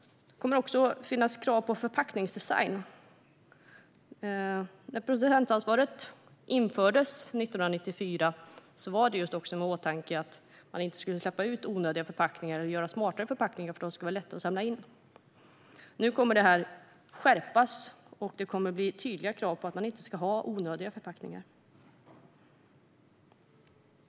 Det kommer också att finnas krav på förpackningsdesign. När producentansvaret infördes 1994 var tanken att man inte skulle släppa ut onödiga förpackningar samt göra smartare förpackningar som skulle vara lättare att samla in. Nu kommer detta att skärpas. Det kommer att bli tydliga krav på att man inte ska ha onödiga förpackningar.